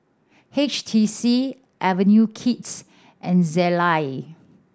H T C Avenue Kids and Zalia